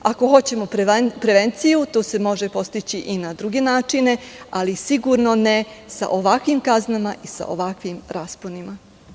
Ako hoćemo prevenciju, to se može postići i na druge načine, ali sigurno ne sa ovakvim kaznama i sa ovakvim rasponima.